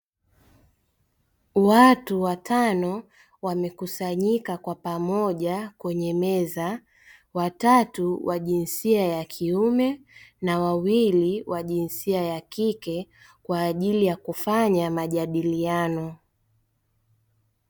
Watu watano wamekusanyika kwa pamoja kwenye meza, watatu wa jinsia ya kiume na wawili wa jinsia ya kike; kwa ajili ya kufanya majadiliano.